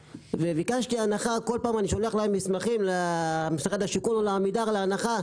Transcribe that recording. ביקשתי הנחה וכל פעם אני שולח למשרד השיכון ולעמידר מסמכים,